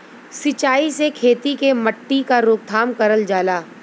सिंचाई से खेती के मट्टी क रोकथाम करल जाला